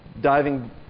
diving